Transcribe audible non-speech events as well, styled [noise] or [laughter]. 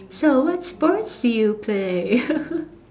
so what sports do you play [laughs]